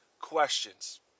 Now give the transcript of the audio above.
questions